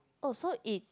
oh so it